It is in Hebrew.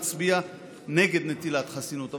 אצביע נגד נטילת חסינות,